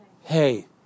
Hey